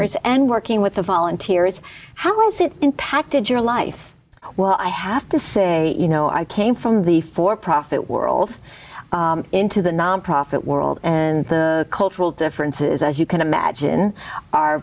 ers and working with the volunteers how was it impacted your life well i have to say you know i came from the for profit world into the nonprofit world and the cultural differences as you can imagine are